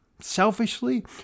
selfishly